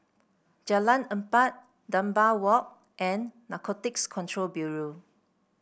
Jalan Empat Dunbar Walk and Narcotics Control Bureau